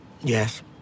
Yes